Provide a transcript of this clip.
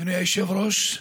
אדוני היושב-ראש,